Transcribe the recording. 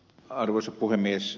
arvoisa puhemies